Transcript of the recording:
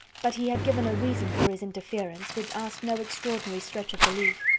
but he had given a reason for his interference, which asked no extraordinary stretch of belief.